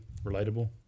relatable